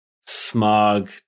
Smog